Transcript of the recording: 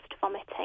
vomiting